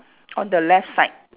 on the left side